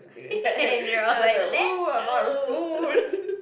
and they were like let's go